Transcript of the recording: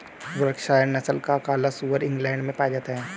Berkshire नस्ल का काला सुअर इंग्लैण्ड में पाया जाता है